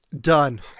Done